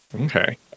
Okay